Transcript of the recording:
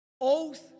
oath